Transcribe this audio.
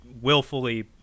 willfully